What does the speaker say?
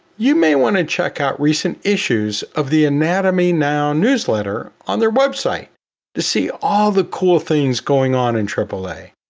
you may want to check out recent issues of the anatomy now newsletter on their website to see all the cool things going on in aaa.